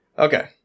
Okay